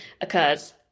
occurs